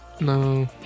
no